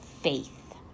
faith